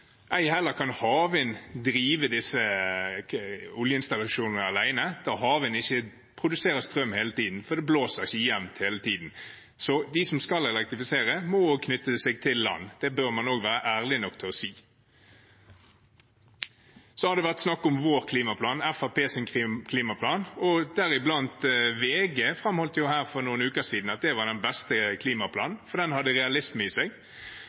Ei heller kan havvind drive disse oljeinstallasjonene alene, da havvind ikke produserer strøm hele tiden, for det blåser ikke jevnt hele tiden. Så de som skal elektrifisere, også må knytte seg til land. Der bør man være ærlig nok til å si. Så har det vært snakk om vår klimaplan, Fremskrittspartiets klimaplan. VG framholdt for noen uker siden at det var den beste klimaplanen, for den hadde realisme i seg.